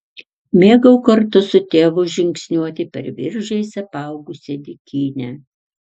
mėgau kartu su tėvu žingsniuoti per viržiais apaugusią dykynę